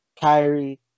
Kyrie